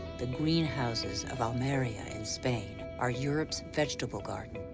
the greenhouses of almeria, spain, are europe's vegetable garden.